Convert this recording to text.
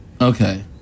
Okay